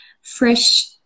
fresh